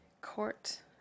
court